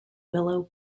willow